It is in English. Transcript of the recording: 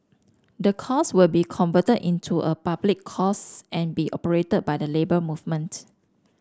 the course will be converted into a public course and be operated by the Labour Movement